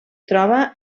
troba